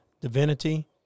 divinity